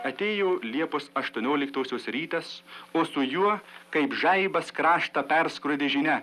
atėjo liepos aštuonioliktosios rytas o su juo kaip žaibas kraštą perskrodė žinia